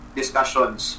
discussions